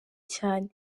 cyane